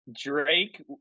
Drake